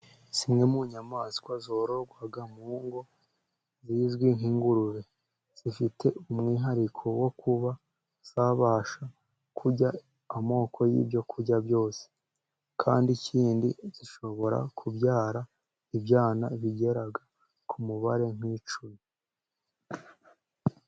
Zimwe mu nyamaswa zororerwa mu ngo zizwi nk'ingurube, zifite umwihariko wo kuba zabasha kurya amoko y'ibyo kurya byose, kandi ikindi zishobora kubyara ibyana bigera ku mubare nk'icumi.